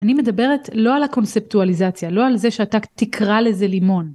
אני מדברת לא על הקונספטואליזציה, לא על זה שאתה תקרא לזה לימון.